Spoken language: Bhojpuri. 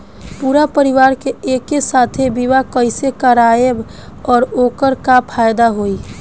पूरा परिवार के एके साथे बीमा कईसे करवाएम और ओकर का फायदा होई?